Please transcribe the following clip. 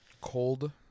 Cold